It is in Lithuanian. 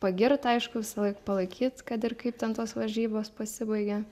pagirt aišku visąlaik palaikyt kad ir kaip ten tos varžybos pasibaigė